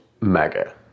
mega